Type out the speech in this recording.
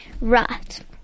Right